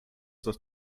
das